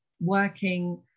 working